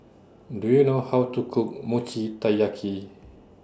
Do YOU know How to Cook Mochi Taiyaki